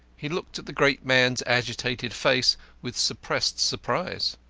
he looked at the great man's agitated face with suppressed surprise.